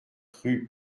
rue